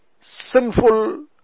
sinful